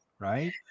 right